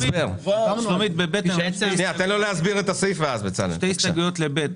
שתי הסתייגויות ל-(ב).